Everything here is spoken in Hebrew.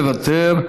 מוותר,